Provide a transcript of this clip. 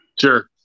sure